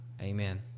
Amen